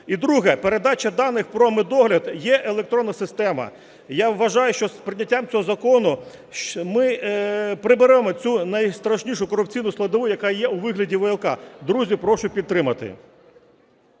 І друге. Передача даних про медогляд. Є електронна система, я вважаю, що з прийняттям цього закону ми приберемо цю найстрашнішу корупційну складову, яка є у вигляді ВЛК. Друзі, прошу підтримати.